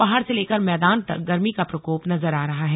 पहाड़ से लेकर मैदान तक गर्मी का प्रकोप नजर आ रहा है